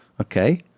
Okay